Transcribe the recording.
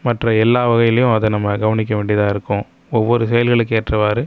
மற்ற எல்லா வகைகளிலும் அதை நம்ம கவனிக்க வேண்டியதாக இருக்கும் ஒவ்வொரு செயல்களுக்கு ஏற்றவாறு